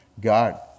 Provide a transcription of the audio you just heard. God